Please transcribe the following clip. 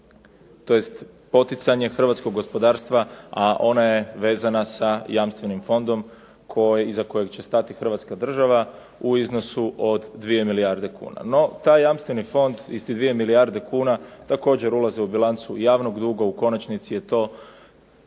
tj. poticanje hrvatskog gospodarstva a ona je vezana sa jamstvenim fondom iza kojeg će stati Hrvatska država u iznosu od 2 milijarde kuna. No, taj jamstveni fond i te 2 milijarde kuna također ulaze u bilancu javnog duga, u konačnici je to